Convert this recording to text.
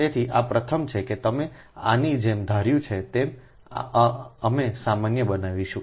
તેથી આ પ્રથમ છે કે તમે આની જેમ ધાર્યું છે તે પછી અમે સામાન્ય બનાવશું